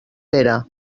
pere